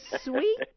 sweet